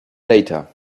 later